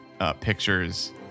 Pictures